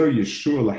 yeshua